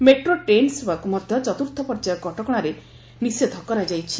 metro train ସେବାକୁ ମଧ୍ୟ ଚତୁର୍ଥ ପର୍ଯ୍ୟାୟ କଟକଣାରେ ନିଷେଧ କରାଯାଇଛି